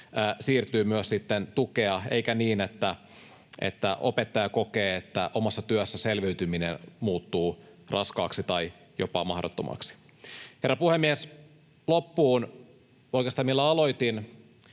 siirtyy myös sitten tukea, eikä niin, että opettaja kokee, että omassa työssä selviytyminen muuttuu raskaaksi tai jopa mahdottomaksi. Herra puhemies! Loppuun oikeastaan se, millä aloitin: